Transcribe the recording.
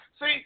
see